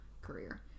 career